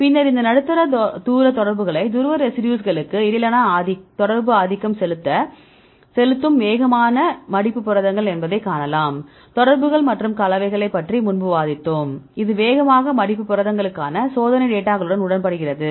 பின்னர் இந்த நடுத்தர தூர தொடர்புகளை துருவ ரெசிடியூஸ்களுக்கு இடையிலான தொடர்பு ஆதிக்கம் செலுத்தும் வேகமான மடிப்பு புரதங்கள் என்பதை காணலாம் தொடர்புகள் மற்றும் கலவை பற்றி முன்பு விவாதித்தோம் அது வேகமாக மடிப்பு புரதங்களுக்கான சோதனை டேட்டாகளுடன் உடன்படுகிறது